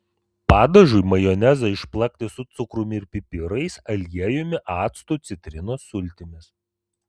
padažui majonezą išplakti su cukrumi ir pipirais aliejumi actu citrinos sultimis